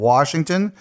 Washington